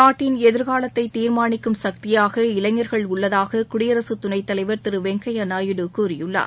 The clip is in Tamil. நாட்டின் எதிர்காலத்தை தீர்மானிக்கும் சக்தியாக இளைஞர்கள் உள்ளதாக குடியரசு துணைத் தலைவர் திரு வெங்கையா நாயுடு கூறியுள்ளார்